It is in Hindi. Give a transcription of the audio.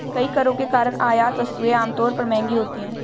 कई करों के कारण आयात वस्तुएं आमतौर पर महंगी होती हैं